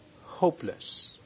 hopeless